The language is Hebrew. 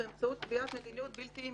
באמצעות קביעת מדיניות בלתי מתפשרת.